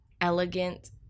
elegant